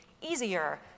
easier